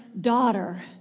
daughter